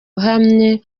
uhamye